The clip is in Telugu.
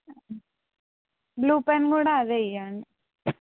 బ్లూ పెన్ కూడా అదే ఇవ్వండి